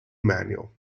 manual